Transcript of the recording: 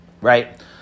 right